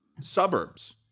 suburbs